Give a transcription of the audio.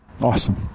Awesome